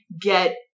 get